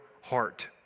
heart